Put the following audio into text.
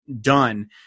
done